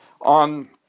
on